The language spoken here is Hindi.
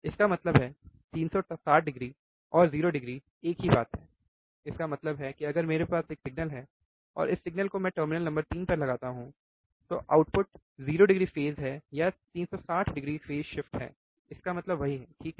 इसका मतलब है 360o और 0o एक ही बात है इसका मतलब है कि अगर मेरे पास एक सिग्नल है और इस सिग्नल को मैं टर्मिनल नंबर 3 पर लगाता हूं तो आउटपुट 0 डिग्री फेज़ है या 360o फेज़ शिफ्ट है इसका मतलब वही है ठीक है